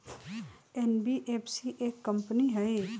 NBFC एक company हई?